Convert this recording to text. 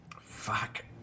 Fuck